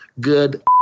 good